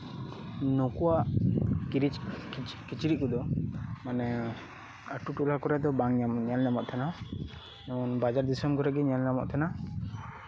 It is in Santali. ᱱᱩᱠᱩᱣᱟᱜ ᱠᱤᱪᱨᱤᱪ ᱠᱤᱪᱨᱤᱡᱽ ᱠᱚᱫᱚ ᱢᱟᱱᱮ ᱟᱹᱛᱩ ᱴᱚᱞᱟ ᱠᱚᱨᱮ ᱫᱚ ᱵᱟᱝ ᱧᱮᱞ ᱧᱟᱢᱚᱜ ᱛᱟᱦᱮᱸᱱᱟ ᱵᱟᱡᱟᱨ ᱫᱤᱥᱚᱢ ᱠᱚᱨᱮᱜᱮ ᱧᱮᱞ ᱧᱟᱢᱚᱜ ᱛᱟᱦᱮᱸᱱᱟ